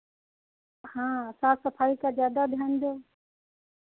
हाँ साफ सफाई का ज़्यादा ध्यान दो